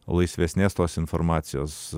laisvesnės tos informacijos